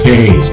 Hey